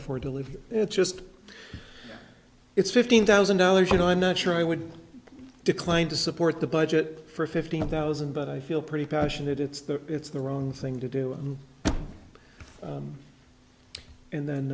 afford to live it's just it's fifteen thousand dollars you know i'm not sure i would decline to support the budget for fifty thousand but i feel pretty passionate it's the it's the wrong thing to do and